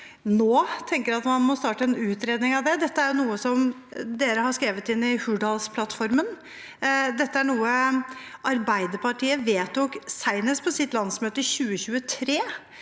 at man må starte en utredning av det? Dette er noe man har skrevet inn i Hurdalsplattformen. Dette er noe Arbeiderpartiet vedtok senest på sitt landsmøte i 2023.